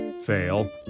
fail